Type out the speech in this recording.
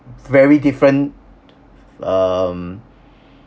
very different um